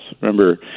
Remember